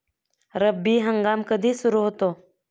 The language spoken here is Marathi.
रब्बी हंगाम कधी सुरू होतो?